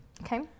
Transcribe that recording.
okay